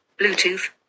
Bluetooth